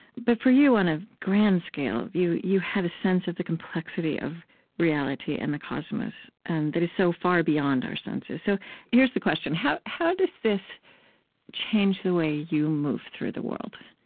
but for you, on a grand scale, you you have a sense of the complexity of reality and the cosmos and that is so far beyond our senses. so here's the question how how does this change the way you move through the world?